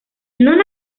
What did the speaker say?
non